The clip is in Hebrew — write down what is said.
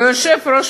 ויושב-ראש